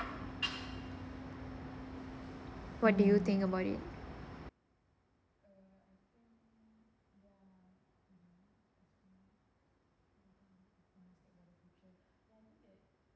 what do you think about it